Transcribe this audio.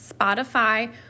Spotify